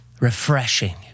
refreshing